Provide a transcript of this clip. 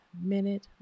minute